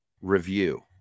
review